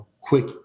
quick